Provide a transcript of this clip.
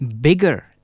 bigger